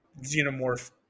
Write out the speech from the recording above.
Xenomorph